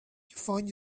find